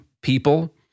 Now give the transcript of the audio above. people